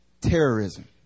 terrorism